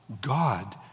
God